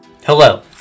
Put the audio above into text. Hello